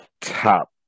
top